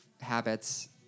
habits